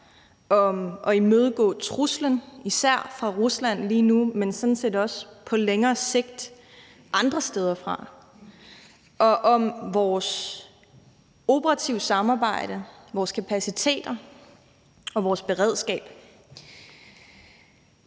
om at imødegå truslen, især fra Rusland lige nu, men sådan set også på længere sigt andre steder fra, og om vores operative samarbejde, vores kapaciteter og vores beredskab.